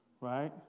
right